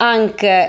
anche